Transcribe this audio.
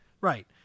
right